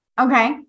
Okay